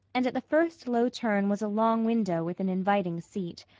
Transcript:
and at the first low turn was a long window with an inviting seat.